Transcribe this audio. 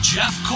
Jeff